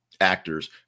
actors